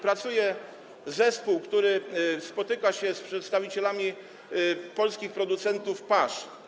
Pracuje zespół, który spotyka się z przedstawicielami polskich producentów pasz.